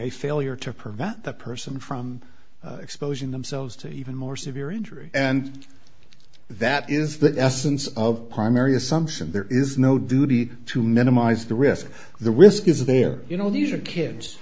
a failure to prevent the person from exposing themselves to even more severe injury and that is the essence of primary assumption there is no duty to minimize the risk the risk is there you know these are kids